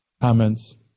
comments